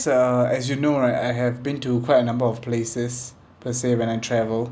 uh as you know right I have been to quite a number of places per se when I travel